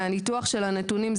מהניתוח של הנתונים,